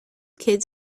kids